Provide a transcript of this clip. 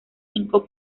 cinco